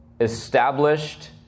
established